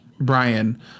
Brian